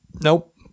Nope